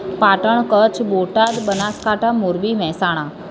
Patan Kutch Botad Banaskantha Morbi Mehsana